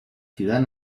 ciudad